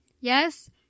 Yes